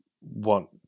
want